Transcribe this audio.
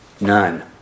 None